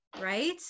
right